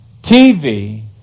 TV